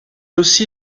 aussi